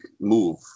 move